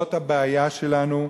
זאת הבעיה שלנו.